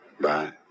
bye